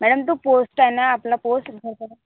madam तो post आहे ना आपला पोस्ट